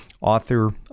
author